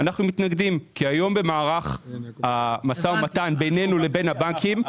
אנחנו מתנגדים כי היום במערך המשא ומתן בינינו לבין הבנקים,